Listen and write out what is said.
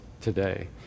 today